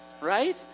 right